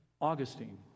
Augustine